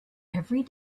every